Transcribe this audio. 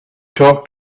talk